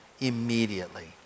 immediately